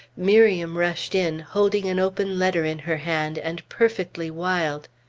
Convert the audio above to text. miriam rushed in, holding an open letter in her hand, and perfectly wild.